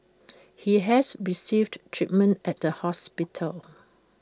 he has received treatment at the hospital